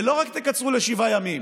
ולא רק תקצרו לשבעה ימים,